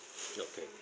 okay